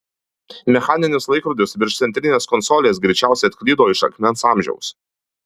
mechaninis laikrodis virš centrinės konsolės greičiausiai atklydo iš akmens amžiaus